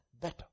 better